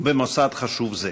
במוסד חשוב זה.